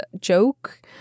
joke